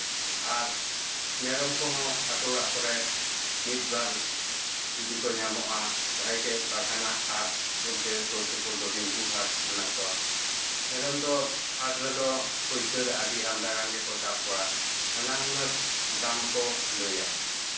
ᱟᱨ ᱢᱮᱨᱚᱢ ᱠᱚᱦᱚᱸ ᱟᱛᱳ ᱚᱲᱟᱜ ᱠᱚᱨᱮᱜ ᱢᱤᱫ ᱵᱟᱨ ᱡᱩᱫᱤ ᱠᱚ ᱧᱟᱢᱚᱜᱼᱟ ᱵᱷᱟᱹᱜᱮ ᱜᱮ ᱵᱟᱝᱠᱷᱟᱱ ᱦᱟᱜ ᱦᱟᱴ ᱵᱚᱞᱛᱮ ᱥᱩᱨ ᱥᱩᱯᱩᱨ ᱫᱚ ᱵᱤᱱᱯᱩᱨ ᱦᱟᱴ ᱢᱮᱱᱟᱜ ᱠᱚᱣᱟ ᱢᱮᱨᱚᱢ ᱫᱚ ᱦᱟᱴ ᱨᱮᱫᱚ ᱯᱟᱹᱭᱠᱟᱹᱨ ᱟᱹᱰᱤ ᱟᱢᱫᱟ ᱜᱟᱱ ᱜᱮᱠᱚ ᱥᱟᱵ ᱠᱚᱣᱟ ᱱᱟᱱᱟ ᱦᱩᱱᱟᱹᱨ ᱫᱟᱢ ᱠᱚ ᱞᱟᱹᱭᱟ